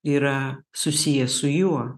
yra susiję su juo